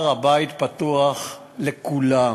הר-הבית פתוח לכולם.